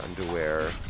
Underwear